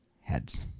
heads